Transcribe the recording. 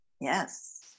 Yes